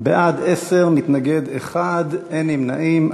בעד, 10, מתנגד אחד, אין נמנעים.